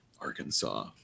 Arkansas